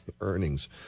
earnings